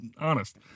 honest